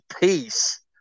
peace